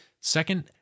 Second